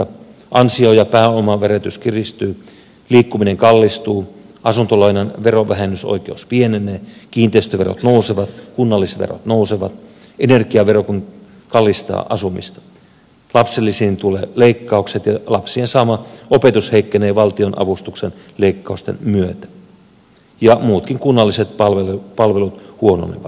ansio ja pääomaverotus kiristyy liikkuminen kallistuu asuntolainan verovähennysoikeus pienenee kiinteistöverot nousevat kunnallisverot nousevat energiavero kallistaa asumista lapsilisiin tulee leikkaukset ja lapsien saama opetus heikkenee valtionavustuksen leikkausten myötä ja muutkin kunnalliset palvelut huononevat